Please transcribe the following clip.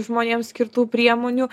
žmonėms skirtų priemonių